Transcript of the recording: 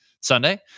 Sunday